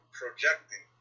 projecting